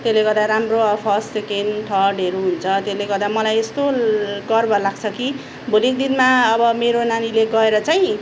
त्यसले गर्दा राम्रो फर्स्ट सेकेन्ड थर्डहरू हुन्छ त्यसले गर्दा मलाई यस्तो गर्व लाग्छ कि भोलिको दिनमा अब मेरो नानीले गएर चाहिँ